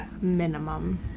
Minimum